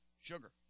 Sugar